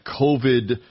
COVID